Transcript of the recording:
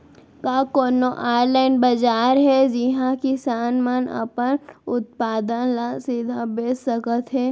का कोनो अनलाइन बाजार हे जिहा किसान मन अपन उत्पाद ला सीधा बेच सकत हे?